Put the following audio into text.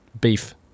beef